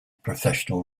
professional